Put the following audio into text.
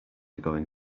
going